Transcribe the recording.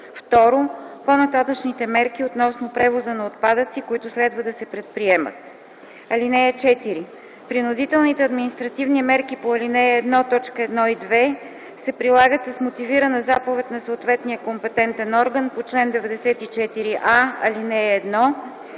2. по-нататъшните мерки относно превоза на отпадъци, които следва да се предприемат. (4) Принудителните административни мерки по ал. 1, т. 1 и 2, се прилагат се мотивирана заповед на съответния компетентен орган по чл. 94а, ал. 1,